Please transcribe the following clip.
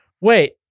Wait